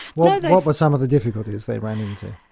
what what were some of the difficulties they ran into?